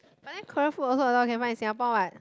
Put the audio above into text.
but then Korea food also a lot can find in Singapore what